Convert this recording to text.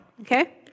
okay